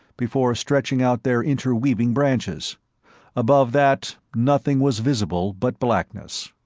before stretching out their interweaving branches above that, nothing was visible but blackness.